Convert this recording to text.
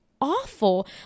awful